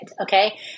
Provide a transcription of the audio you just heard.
okay